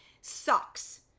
sucks